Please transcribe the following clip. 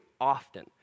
often